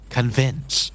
Convince